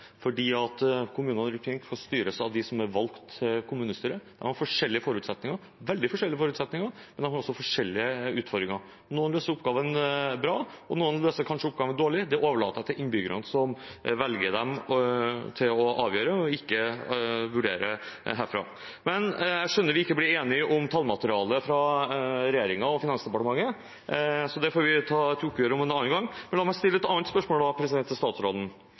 kommunene rundt omkring får styres av dem som er valgt til kommunestyret. De har forskjellige forutsetninger – veldig forskjellige forutsetninger – men de har også forskjellige utfordringer. Noen løser oppgavene bra, og noen løser kanskje oppgavene dårlig – det overlater jeg til innbyggerne som velger dem, å avgjøre, og vil ikke vurdere det herfra. Jeg skjønner at vi ikke blir enige om tallmaterialet fra regjeringen og Finansdepartementet, så det får vi ta et oppgjør om en annen gang. Men la meg da stille et annet spørsmål til statsråden.